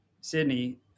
Sydney